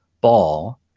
ball